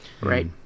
Right